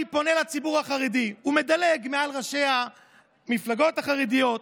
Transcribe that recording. פונה לציבור החרדי" ומדלג מעל ראשי המפלגות החרדיות.